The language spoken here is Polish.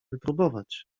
wypróbować